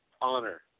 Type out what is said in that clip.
Honor